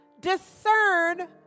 discern